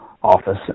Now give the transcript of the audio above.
office